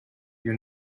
you